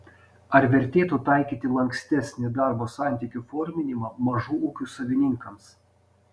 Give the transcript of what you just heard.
ar vertėtų taikyti lankstesnį darbo santykių forminimą mažų ūkių savininkams